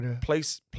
place